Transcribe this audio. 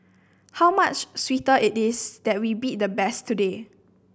how much sweeter it is that we beat the best today